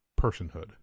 personhood